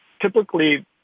typically